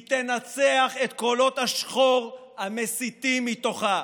היא תנצח את קולות השחור המסיתים מתוכה.